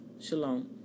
shalom